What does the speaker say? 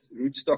rootstock